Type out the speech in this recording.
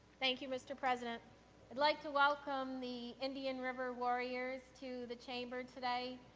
thank you, mr. president. i would like to welcome the indian river warriors to the chamber today.